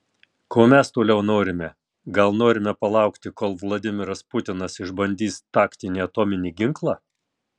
ko mes toliau norime gal norime palaukti kol vladimiras putinas išbandys taktinį atominį ginklą